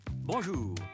Bonjour